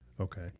Okay